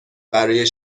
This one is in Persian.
برای